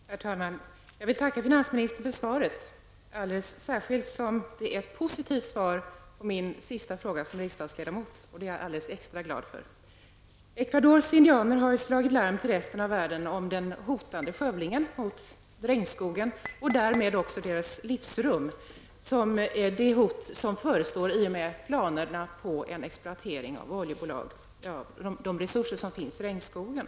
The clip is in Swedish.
Herr talman! Jag tackar finansministern för svaret, alldeles särskilt som detta var ett positivt svar på min sista fråga som riksdagsledamot. Ecuadors indianer har slagit larm till resten av världen om den hotande skövlingen av regnskogen och därmed om hotet mot deras livsrum. Hotet är oljebolagens planerade exploatering av de resurser som finns i regnskogen.